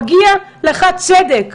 מגיע לך צדק.